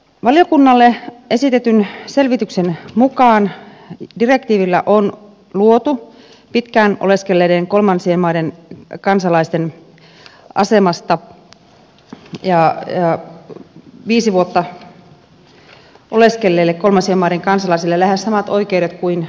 valiokunnalle esitetyn selvityksen mukaan direktiivillä on luotu viisi vuotta oleskelleille kolmansien maiden kansalaisille lähes samat oikeudet kuin unionin kansalaisilla